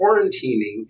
quarantining